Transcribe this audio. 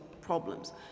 problems